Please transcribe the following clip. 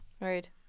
Right